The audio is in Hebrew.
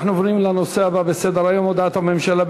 אנחנו עוברים לנושא הבא בסדר-היום: הודעת הממשלה,